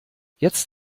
jetzt